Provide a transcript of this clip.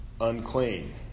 unclean